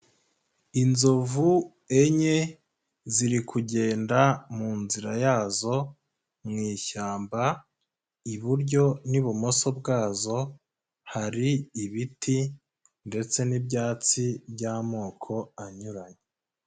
Inzovu enye ziri kugenda mu nzira yazo mu ishyamba iburyo n'ibumoso bwazo hari ibiti ndetse n'ibyatsi by'amoko anyuranye.